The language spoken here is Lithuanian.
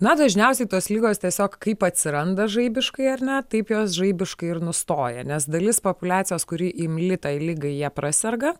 na dažniausiai tos ligos tiesiog kaip atsiranda žaibiškai ar ne taip jos žaibiškai ir nustoja nes dalis populiacijos kuri imli tai ligai ja praserga